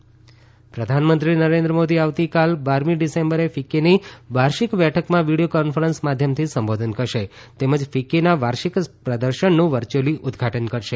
પ્રધાનમંત્રી ફિકકી પ્રધાનમંત્રી નરેન્દ્ર મોદી આવતીકાલ બારમી ડિસેમ્બરે ફિક્કીની વાર્ષિક બેઠકમાં વીડિયો કોન્ફરન્સ માધ્યમથી સંબોધન કરશે તેમજ ફિક્કીના વાર્ષિક પ્રદર્શનનું વર્ચ્યુઅલી ઉદઘાટન કરશે